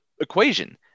equation